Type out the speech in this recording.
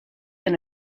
and